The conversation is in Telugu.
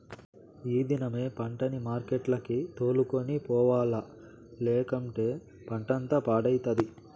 ఈ దినమే పంటని మార్కెట్లకి తోలుకొని పోవాల్ల, లేకంటే పంటంతా పాడైతది